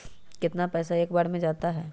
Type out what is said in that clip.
कितना पैसा एक बार में जाता है?